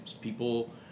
People